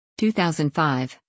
2005